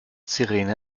sirene